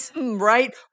Right